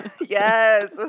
yes